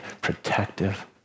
protective